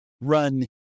run